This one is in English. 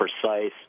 precise